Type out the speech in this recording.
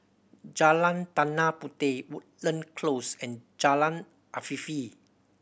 Jalan Tanah Puteh Woodland Close and Jalan Afifi